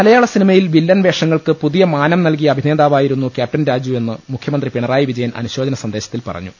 മലയാള സിനിമയിൽ വില്ലൻവേഷങ്ങൾക്ക് പുതിയ മാനം നൽകിയ അഭിനേതാവായിരുന്നു ക്യാപ്റ്റൻ രാജു എന്ന് മുഖ്യമന്ത്രി പിണറായി വിജയൻ അനുശോചന സന്ദേശത്തിൽ പറഞ്ഞു